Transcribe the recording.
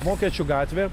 vokiečių gatvė